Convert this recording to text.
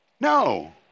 No